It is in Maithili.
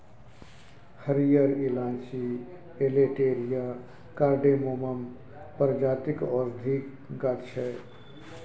हरियर इलाईंची एलेटेरिया कार्डामोमम प्रजातिक औषधीक गाछ छै